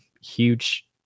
huge